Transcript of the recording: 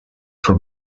for